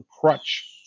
crutch